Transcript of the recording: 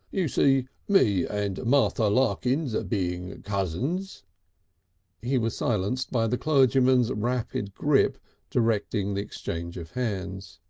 you see, me and martha larkins being cousins he was silenced by the clergyman's rapid grip directing the exchange of hands.